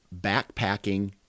backpacking